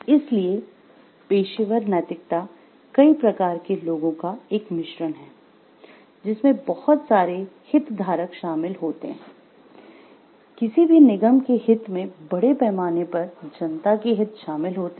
इसलिए पेशेवर नैतिकता कई प्रकार के लोगों का एक मिश्रण है जिसमे बहुत सारे हितधारक शामिल होते हैं किसी भी निगम के हित में बड़े पैमाने पर जनता के हित शामिल होते है